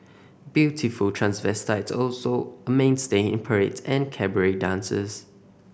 beautiful transvestites also a mainstay in parades and cabaret dances